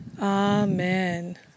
Amen